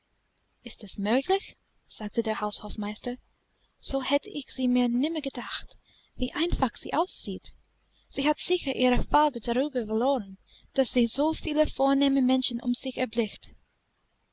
ist es möglich sagte der haushofmeister so hätte ich sie mir nimmer gedacht wie einfach sie aussieht sie hat sicher ihre farbe darüber verloren daß sie so viele vornehme menschen um sich erblickt